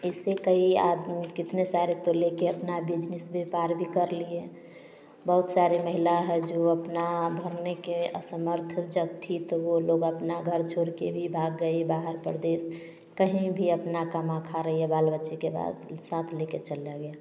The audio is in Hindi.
इससे कई आदम कितने सारे तो ले के अपना बिजनीस व्यापार भी कर लिए बहुत सारी महिला है जो अपना भरने के असमर्थ जब थी तो वो अपना घर छोड़ के भी भाग गई बाहर परदेश कहीं भी अपना कमा खा रही है बाल बच्चे के बाद साथ लेके चला गया